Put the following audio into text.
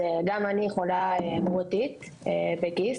גם אני חולה גרורתית בגיסט,